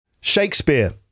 Shakespeare